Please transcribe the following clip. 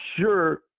sure